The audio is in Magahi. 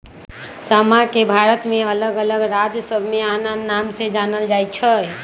समा के भारत के अल्लग अल्लग राज सभमें आन आन नाम से जानल जाइ छइ